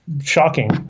shocking